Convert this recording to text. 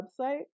website